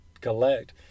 collect